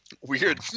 Weird